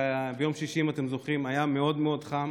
ביום שישי, אם אתם זוכרים, היה מאוד מאוד חם.